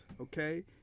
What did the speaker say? okay